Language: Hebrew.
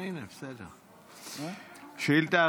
לסעיף הראשון בסדר-היום, שאילתות דחופות.